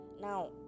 Now